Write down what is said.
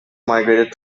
migrated